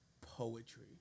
poetry